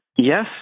Yes